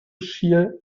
shear